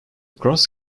cross